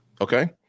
Okay